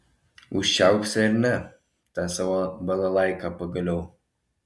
užčiaupsi ar ne tą savo balalaiką pagaliau